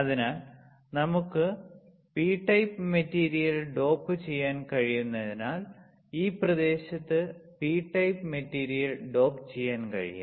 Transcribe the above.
അതിനാൽ നമുക്ക് P type material dope ചെയ്യാൻ കഴിയുന്നതിനാൽ ഈ പ്രദേശത്ത് പി ടൈപ്പ് മെറ്റീരിയൽ ഡോപ്പ് ചെയ്യാൻ കഴിയും